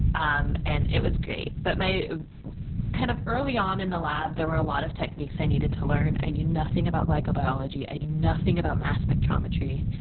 um and it was great. but kind of early on in the lab there were a lot of techniques i needed to learn. i knew nothing about glycobiology. i knew nothing about mass spectrometry.